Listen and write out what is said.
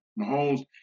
Mahomes